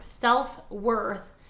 self-worth